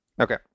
okay